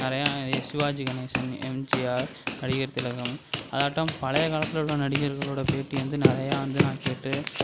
நிறையா சிவாஜி கணேஷன் எம்ஜிஆர் நடிகர் திலகம் அதாட்டம் பழைய காலத்தில் உள்ள நடிகர்களோட பேட்டி வந்து நிறையா வந்து நான் கேட்டு